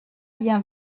bien